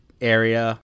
area